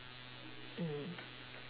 mm